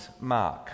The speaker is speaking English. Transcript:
Mark